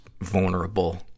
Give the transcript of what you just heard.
vulnerable